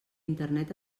internet